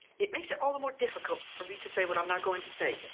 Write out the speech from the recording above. it makes it all the more difficult for me to say what i'm now going to say.